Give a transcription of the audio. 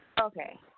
Okay